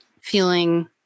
feeling